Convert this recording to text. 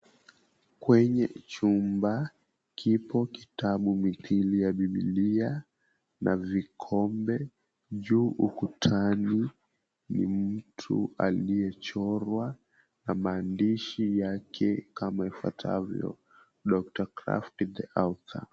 Kwenye chumba kipo kitabu mithili ya biblia na vikombe juu ukutani ni mtu aliyechorwa na maandishi yake kama ifuatavyo, Dr Krapft, The Author.